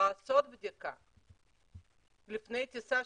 לעשות בדיקה 73 שעות לפני הטיסה.